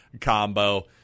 combo